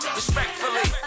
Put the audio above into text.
respectfully